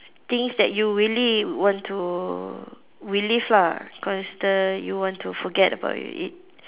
things that you really want to relive lah cause the you want to forget about it